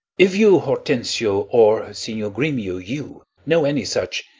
if you, hortensio, or, signior gremio, you, know any such,